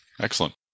Excellent